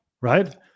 right